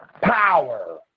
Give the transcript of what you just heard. power